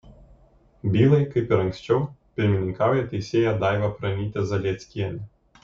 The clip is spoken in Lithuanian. bylai kaip ir anksčiau pirmininkauja teisėja daiva pranytė zalieckienė